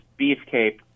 beefcake